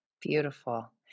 Beautiful